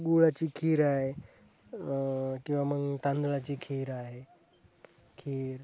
गुळाची खीर आहे किंवा मग तांदूळाची खीर आहे खीर